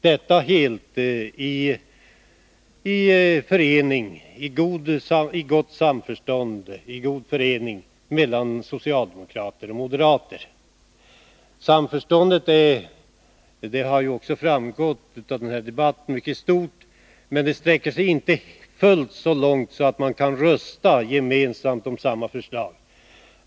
Detta sker till 10 december 1981 följd av gott samförstånd mellan socialdemokraterna och moderaterna. Av denna debatt har framgått att samförståndet är mycket stort, men det Lag om spridning sträcker sig inte fullt så långt att de kan rösta för samma förslag.